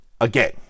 again